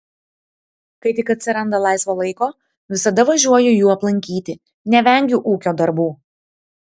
kai tik atsiranda laisvo laiko visada važiuoju jų aplankyti nevengiu ūkio darbų